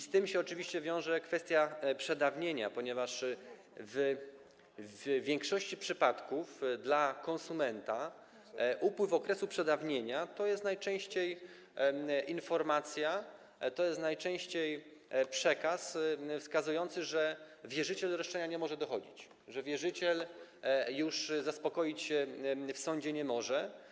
Z tym oczywiście wiąże się kwestia przedawnienia, ponieważ w większości przypadków dla konsumenta upływ okresu przedawnienia to jest najczęściej informacja, to jest najczęściej przekaz wskazujący, że wierzyciel nie może dochodzić roszczenia, że wierzyciel już zaspokoić się w sądzie nie może.